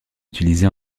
utilisé